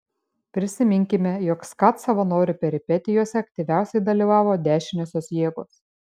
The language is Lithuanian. prisiminkime jog skat savanorių peripetijose aktyviausiai dalyvavo dešiniosios jėgos